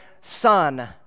son